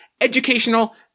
educational